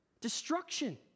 destruction